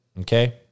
Okay